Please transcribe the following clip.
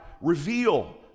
reveal